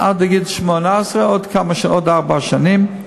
לגיל 18, עוד ארבע שנים,